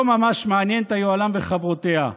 לא ממש מעניין את היוהל"ם וחברותיה.